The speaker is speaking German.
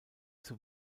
zur